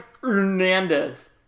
Hernandez